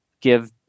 give